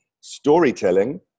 storytelling